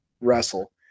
wrestle